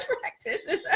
practitioner